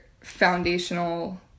foundational